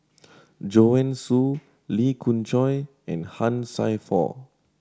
Joanne Soo Lee Khoon Choy and Han Sai Por